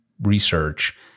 research